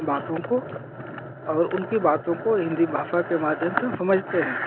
बातों को और उनकी बातों को हिन्दी भाषा के माध्यम से हम समझते हैं